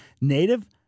Native